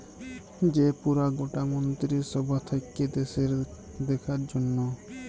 যে পুরা গটা মন্ত্রী সভা থাক্যে দ্যাশের দেখার জনহ